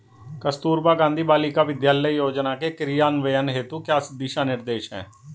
कस्तूरबा गांधी बालिका विद्यालय योजना के क्रियान्वयन हेतु क्या दिशा निर्देश हैं?